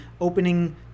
opening